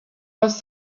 was